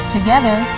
Together